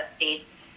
updates